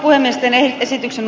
olemme tehneet esityksen